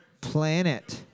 Planet